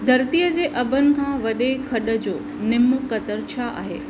धरतीअ जे अभनि खां वॾे खॾ जो निम क़तरु छा आहे